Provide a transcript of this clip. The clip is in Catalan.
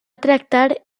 tractar